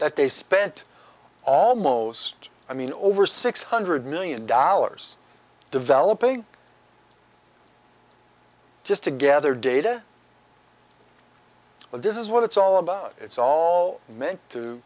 that they spent almost i mean over six hundred million dollars developing just to gather data well this is what it's all about it's all meant to